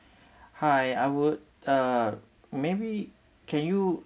hi I would uh maybe can you